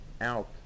out